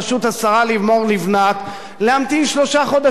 השרה לימור לבנת להמתין שלושה חודשים,